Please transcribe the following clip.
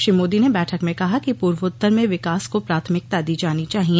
श्री मोदी ने बैठक में कहा कि पूर्वोत्तर में विकास को प्राथमिकता दी जानी चाहिए